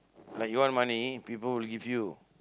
like you want money people will give you